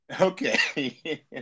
Okay